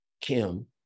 Kim